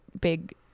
big